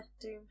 doom